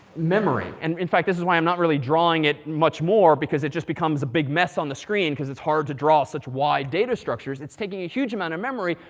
memory. and in fact, this is why i'm not really drawing it much more. because it just becomes a big mess on the screen because it's hard to draw such wide data structures. it's taking a huge amount of memory.